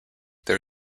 there